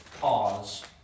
pause